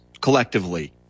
collectively